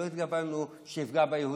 לא יפגע ביהודים.